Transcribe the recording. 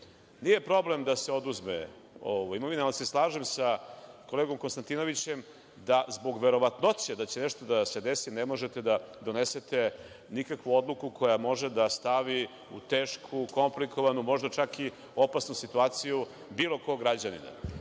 problem da se oduzme imovina, ali se slažem sa kolegom Konstantinovićem da zbog verovatnoće da će nešto da vam se desi, ne možete da donesete nikakvu odluku koja može da stavi u tešku, komplikovanu, možda čak i opasnu situaciju bilo kog građanina.